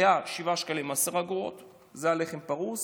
הוא היה 7.10 שקלים, לחם פרוס,